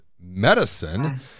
medicine